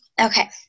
Okay